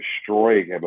destroying